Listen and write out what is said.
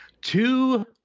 two